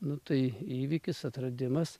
nu tai įvykis atradimas